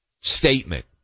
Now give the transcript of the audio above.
statement